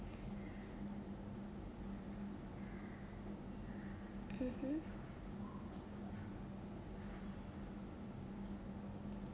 mmhmm